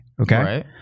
Okay